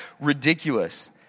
ridiculous